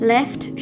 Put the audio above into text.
Left